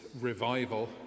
revival